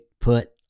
put